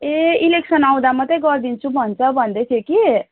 ए election आउँदा मात्रै गरिदिन्छु भन्छ भन्दै थियो कि